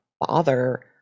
bother